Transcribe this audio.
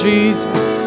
Jesus